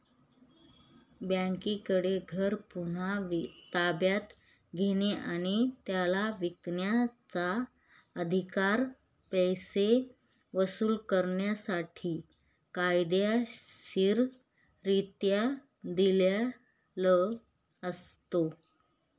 बँकेकडे घर पुन्हा ताब्यात घेणे आणि त्याला विकण्याचा, अधिकार पैसे वसूल करण्यासाठी कायदेशीररित्या दिलेला असतो